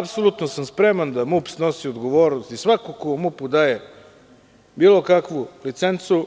Apsolutno sam spreman da MUP snosi odgovornost i svako ko u MUP-u daje bilo kakvu licencu